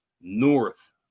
north